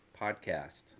podcast